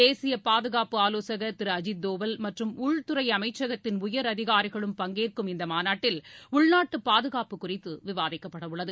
தேசிய பாதுகாப்பு ஆலோசகர் திரு அஜித் தோவல் மற்றும் உள்துறை அமைச்சகத்தின் உயர் அதிகாரிகளும் பங் கேற்கும் இந்த மாநாட்டில் உள்நாட்டு பாதுகாப்பு குறித்து விவாதிக்கப்பட உள்ளது